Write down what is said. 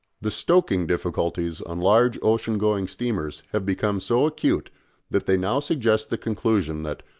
the stoking difficulties on large ocean-going steamers have become so acute that they now suggest the conclusion that,